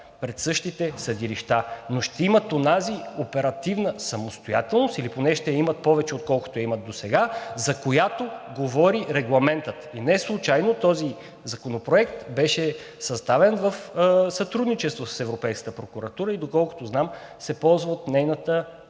пред същите съдилища, но ще имат онази оперативна самостоятелност, или поне ще я имат повече, отколкото я имат досега, за която говори Регламентът. Неслучайно този законопроект беше създаден в сътрудничество с Европейската прокуратура и се ползва, доколкото знам – прокуратурата